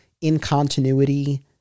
in-continuity